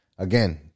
Again